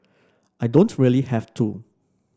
I don't really have to